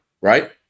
right